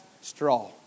straw